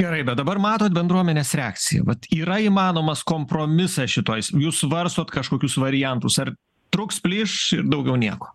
gerai bet dabar matot bendruomenės reakciją vat yra įmanomas kompromisas šitoj s jūs svarstot kažkokius variantus ar trūks plyš ir daugiau nieko